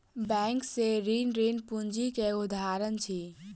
bank से ऋण, ऋण पूंजी के उदाहरण अछि